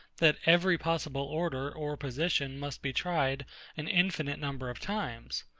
that every possible order or position must be tried an infinite number of times.